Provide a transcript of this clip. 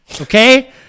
Okay